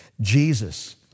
Jesus